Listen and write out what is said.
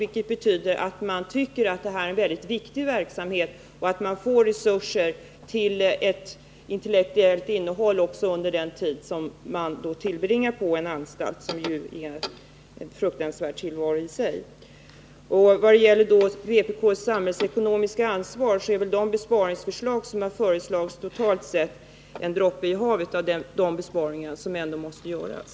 Det betyder att vi tycker att detta är en mycket viktig verksamhet och att man får resurser till ett intellektuellt innehåll också under den tid som man tillbringar på en anstalt — och som innebär en fruktansvärd tillvaro i och för sig. När det gäller vpk:s samhällsekonomiska ansvar är väl de besparingar som har föreslagits totalt sett en droppe i havet i förhållande till de besparingar som ändå måste göras.